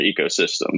ecosystem